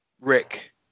Rick